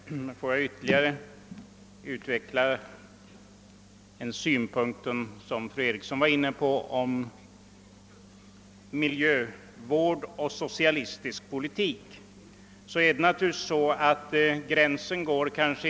Herr talman! Om jag får ytterligare utveckla den synpunkt som fru Eriksson var inne på, nämligen sambandet mellan miljövård och socialistisk politik, vill jag säga att uppfattningarna därvidlag naturligtvis inte sammanfaller med partigränserna.